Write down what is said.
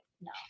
no